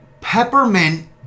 peppermint